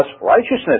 righteousness